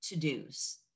to-dos